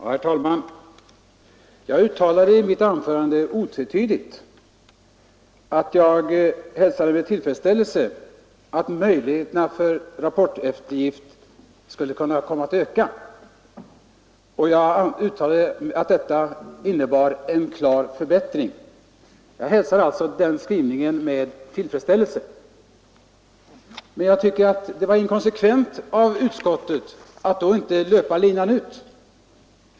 Herr talman! Jag uttalade i mitt anförande otvetydigt att jag med tillfredsställelse hälsar att möjligheterna till rapporteftergift skulle kunna komma att öka. Jag sade att detta innebar en klar förbättring. Jag hälsar alltså utskottets skrivning med tillfredsställelse, men jag tycker att det är inkonsekvent av utskottet att man inte löpt linan ut.